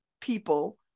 people